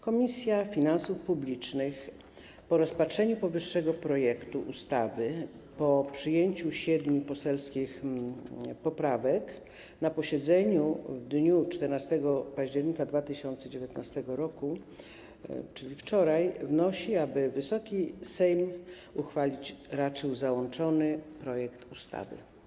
Komisja Finansów Publicznych po rozpatrzeniu powyższego projektu ustawy, po przyjęciu siedmiu poselskich poprawek na posiedzeniu w dniu 14 października 2019 r., czyli wczoraj, wnosi, aby Wysoki Sejm uchwalić raczył załączony projekt ustawy.